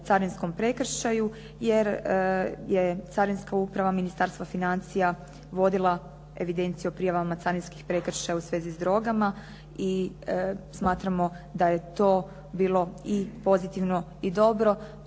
carinskom prekršaju. Jer je Carinska uprava Ministarstva financija vodila evidenciju o prijavama carinskih prekršaja u svezi s drogama i smatramo da je to bilo i pozitivno i dobro.